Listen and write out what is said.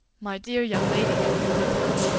my dear young lady, he protested,